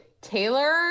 taylor